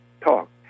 talk